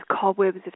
cobwebs